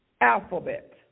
alphabet